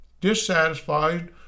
dissatisfied